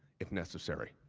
if necessary.